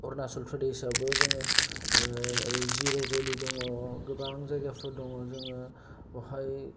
अरुणाचल प्रदेशआवबो जोङो ओरै जिर' भेलि दङ गोबां जायगाफोर दङ जोङो बावहाय